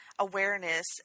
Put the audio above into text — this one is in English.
awareness